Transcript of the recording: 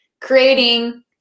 creating –